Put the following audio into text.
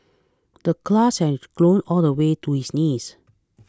the grass had grown all the way to his knees